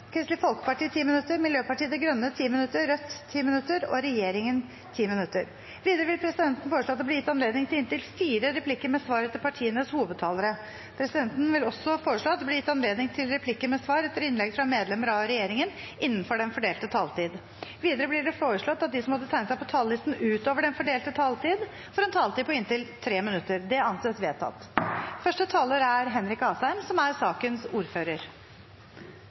Kristelig Folkeparti 10 minutter, Miljøpartiet De Grønne 10 minutter, Rødt 10 minutter og regjeringen 10 minutter. Videre vil presidenten forslå at det blir gitt anledning til inntil fire replikker med svar etter innlegg fra partienes hovedtalere. Presidenten vil også foreslå at det – innenfor den fordelte taletid – blir gitt anledning til replikker med svar etter innlegg fra medlemmer av regjeringen. Videre blir det foreslått at de som måtte tegne seg på talerlisten utover den fordelte taletid, får en taletid på inntil 3 minutter. – Det anses vedtatt. La meg som